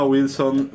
Wilson